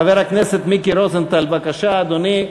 חבר הכנסת מיקי רוזנטל, בבקשה, אדוני.